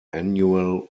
annual